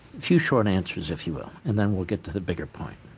few short answers, if you will and them will get to the bigger point.